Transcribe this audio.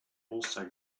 also